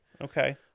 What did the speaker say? Okay